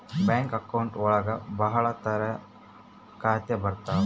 bank account ಒಳಗ ಭಾಳ ತರ ಖಾತೆ ಬರ್ತಾವ್